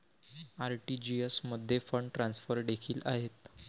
RTGS मध्ये fund transfer देखील आहेत